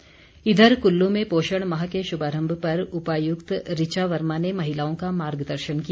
अभियान इधर कुल्लू में पोषण माह के शुभारम्भ पर उपायुक्त ऋचा वर्मा ने महिलाओं का मार्गदर्शन किया